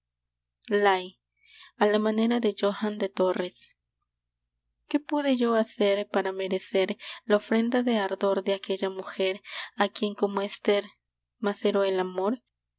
filtro deslíe en los cálices de hebe a la manera de johan de torres qué pude yo hacer para merecer la ofrenda de ardor de aquella mujer a quien como a ester maceró el amor